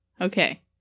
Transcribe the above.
okay